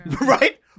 right